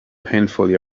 painfully